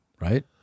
Right